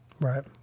Right